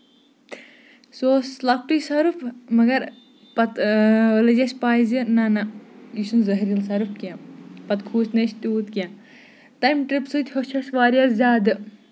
سُہ اوس لۄکٔٹُے سَرف مَگر پَتہٕ لٔج اَسہِ پَے زِ نہ نہ یہِ چھُنہٕ زَہریٖلہٕ سَرف کیٚنٛہہ پَتہٕ کھوٗژۍ نہٕ أسۍ تیوٗت کیٚنٛہہ تَمہِ ٹرپ سۭتۍ ہیوٚچھ اَسہِ واریاہ زیادٕ